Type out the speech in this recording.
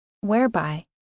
whereby